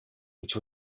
which